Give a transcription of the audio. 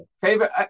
Favorite